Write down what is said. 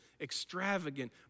extravagant